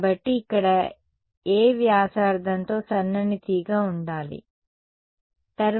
కాబట్టి ఇక్కడ a వ్యాసార్థంతో సన్నని తీగ ఉండాలి సరే